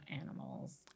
animals